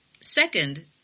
Second